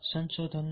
સંશોધનમાં